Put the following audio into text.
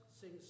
sing